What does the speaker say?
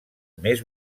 més